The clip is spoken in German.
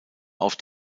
auf